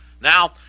now